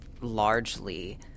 largely